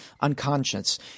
unconscious